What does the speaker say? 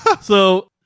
So-